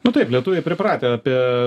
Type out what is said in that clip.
nu taip lietuviai pripratę apie